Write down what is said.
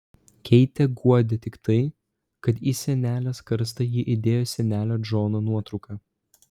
keitę guodė tik tai kad į senelės karstą ji įdėjo senelio džono nuotrauką